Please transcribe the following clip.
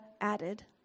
added